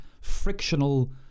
frictional